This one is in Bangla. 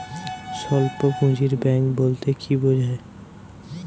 স্বল্প পুঁজির ব্যাঙ্ক বলতে কি বোঝায়?